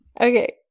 Okay